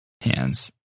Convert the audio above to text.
hands